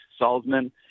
Salzman